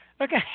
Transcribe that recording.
Okay